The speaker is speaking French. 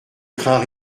crains